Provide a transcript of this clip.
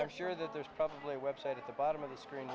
i'm sure that there's probably a website at the bottom of the screen